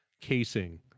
casing